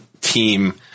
team